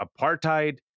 apartheid